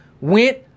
went